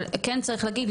אבל כן צריך להגיד,